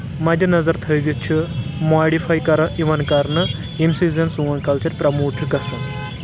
مَدِ نظر تھٲوِتھ چھُ موڈِفاے کران یِوان کَرنہٕ ییٚمہِ سۭتۍ زَن سون کَلچَر پرٛموٹ چھُ گژھان